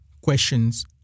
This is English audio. questions